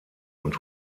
und